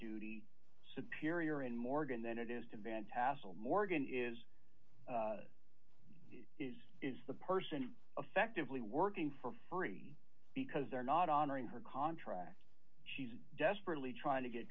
duty superior in morgan then it is to vent tassel morgan is is is the person affectively working for free because they're not honoring her contract she's desperately trying to get